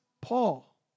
Paul